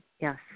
Yes